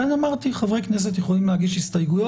לכן אמרתי שחברי כנסת יכולים להגיש הסתייגויות